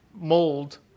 mold